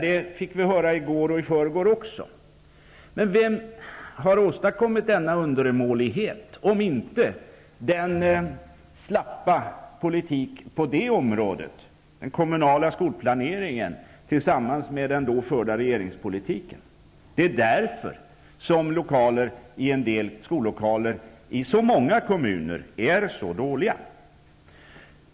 Det fick vi höra också i går och i förrgår. Men vem har åstadkommit denna undermålighet om inte den slappa politiken på det området -- den kommunala skolplaneringen tillsammans med den då förda regeringspolitiken. Det är därför en del skollokaler i så många kommuner är dåliga.